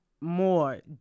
more